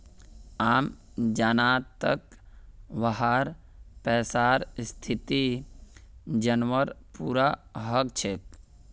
आम जनताक वहार पैसार स्थिति जनवार पूरा हक छेक